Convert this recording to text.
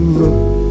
look